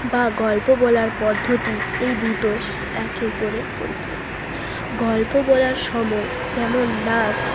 বা গল্প বলার পদ্ধতি এই দুটো একে অপরের পরিপূরক গল্প বলার সময় যেমন নাচ